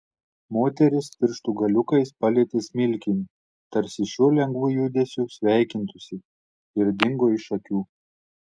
moteris pirštų galiukais palietė smilkinį tarsi šiuo lengvu judesiu sveikintųsi ir dingo iš akių